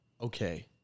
okay